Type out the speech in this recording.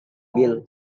bill